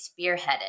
spearheaded